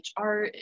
HR